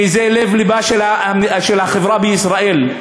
כי זה לב-לבה של החברה בישראל.